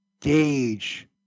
gauge